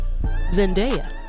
zendaya